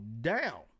down